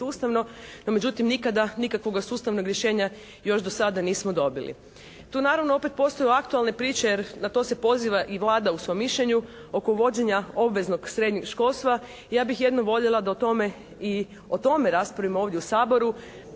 sustavno. No međutim nikada nikakvoga sustavnoga rješenja još do sada nismo dobili. Tu naravno opet postoje aktualne priče, jer na to se poziva i Vlada u svom mišljenju oko uvođenja obveznog srednjeg školstva. Ja bih jedino voljela da o tome i o tome raspravimo u Saboru.